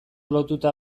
lotuta